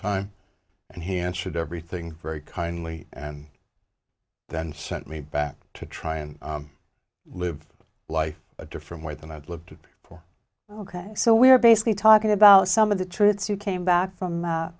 time and he answered everything very kindly and that and sent me back to try and live life a different way than i'd live to for ok so we're basically talking about some of the troops who came back from